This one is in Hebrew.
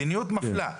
מדיניות מפלה.